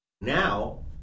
Now